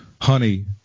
honey